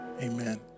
Amen